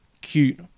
cute